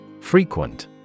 Frequent